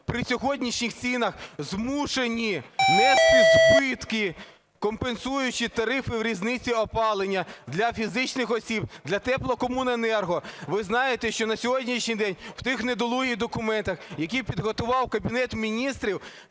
при сьогоднішніх цінах змушені нести збитки, компенсуючи тарифи в різниці опалення для фізичних осіб, для теплокомуненерго. Ви знаєте, що на сьогоднішній день в тих недолугих документах, які підготував Кабінет Міністрів,